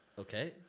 Okay